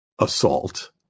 assault